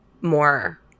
more